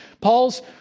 Paul's